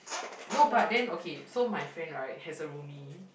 no but then okay so my friend right has a roomie